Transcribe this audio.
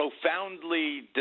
profoundly